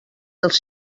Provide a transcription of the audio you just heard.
dels